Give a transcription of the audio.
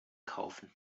kaufen